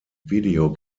video